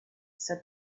said